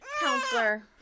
counselor